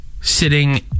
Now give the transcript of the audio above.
Sitting